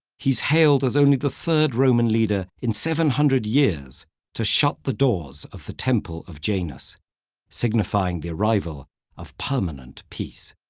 he's hailed as only the third roman leader in seven hundred years to shut the doors of the temple of janus signifying the arrival of permanent peace.